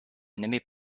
enemy